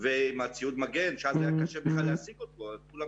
ולפעמים זה לוקח